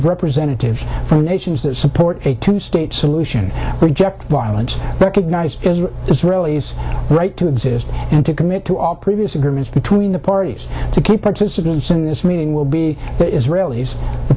representatives from nations that support a two state solution reject violence recognize israelis right to exist and to commit to all previous agreements between the parties to keep participants in this meeting will be the israelis the